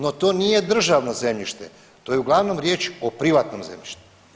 No to nije državno zemljište, to je uglavnom riječ o privatnom zemljištu.